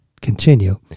continue